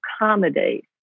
accommodate